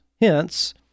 Hence